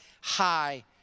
high